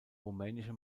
rumänische